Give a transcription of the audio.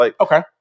Okay